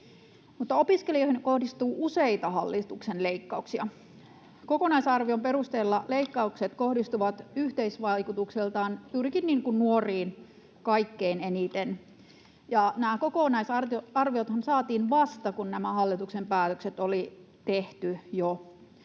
opiskelijoihin kohdistuu useita hallituksen leikkauksia. Kokonaisarvion perusteella leikkaukset kohdistuvat yhteisvaikutuksiltaan juurikin nuoriin kaikkein eniten. Nämä kokonaisarviothan saatiin vasta, kun nämä hallituksen päätökset oli jo tehty.